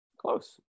Close